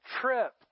trip